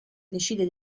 decide